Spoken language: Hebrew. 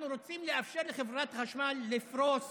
אנחנו רוצים לאפשר לחברת החשמל לפרוס